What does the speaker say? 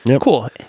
Cool